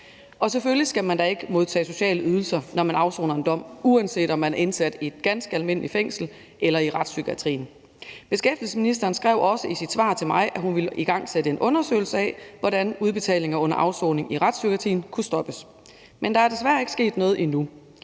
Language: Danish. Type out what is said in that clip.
ej. Selvfølgelig skal man da ikke modtage sociale ydelser, når man afsoner en dom, uanset om man er indsat i et ganske almindeligt fængslet eller i retspsykiatrien. Beskæftigelsesministeren skrev også i sit svar til mig, at hun ville igangsætte en undersøgelse af, hvordan udbetalinger under afsoning i retspsykiatrien kunne stoppes. Men der er desværre ikke sket noget endnu.